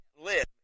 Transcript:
live